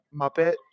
Muppet